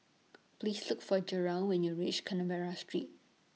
Please Look For Jarrell when YOU REACH Street